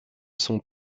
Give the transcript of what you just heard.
sont